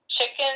Chicken